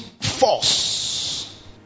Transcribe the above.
force